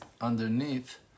underneath